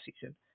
season